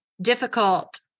difficult